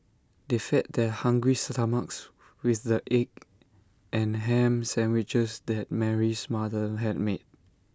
they fed their hungry stomachs with the egg and Ham Sandwiches that Mary's mother had made